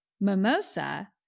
Mimosa